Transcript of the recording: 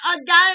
again